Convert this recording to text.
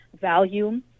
value